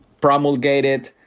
promulgated